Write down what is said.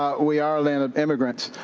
ah we are a land of immigrants,